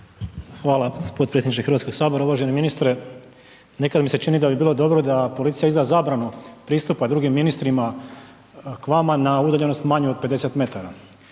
Hvala potpredsjedniče Hrvatskoga sabora. Uvaženi ministre nekad mi se čini da bi bilo dobro da policija izda zabranu pristupa drugim ministrima k vama na udaljenost manju od 50 metara.